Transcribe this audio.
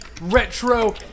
retro